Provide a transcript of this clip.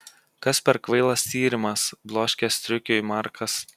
kas per kvailas tyrimas bloškė striukiui markas